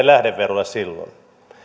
lähdeverollemme silloin